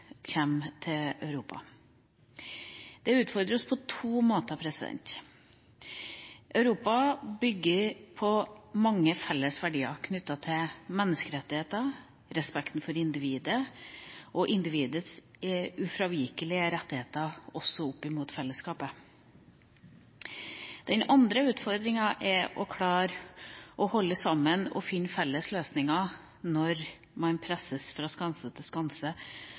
til Europa. Dette utfordrer oss på to måter: Europa bygger på mange felles verdier knyttet til menneskerettigheter, respekten for individet og individets ufravikelige rettigheter, også opp imot fellesskapet. Den andre utfordringa er å klare å holde sammen og finne felles løsninger når man presses fra skanse til skanse,